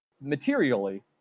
materially